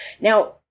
Now